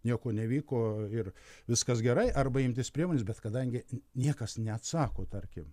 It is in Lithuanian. nieko nevyko ir viskas gerai arba imtis priemonės bet kadangi niekas neatsako tarkim